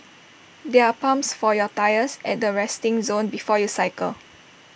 there are pumps for your tyres at the resting zone before you cycle